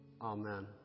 Amen